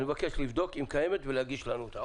אני מבקש לבדוק אם קיימת, ולהגיש לנו אותה.